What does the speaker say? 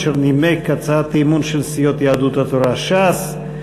אשר נימק הצעת אי-אמון של סיעות יהדות התורה וש"ס.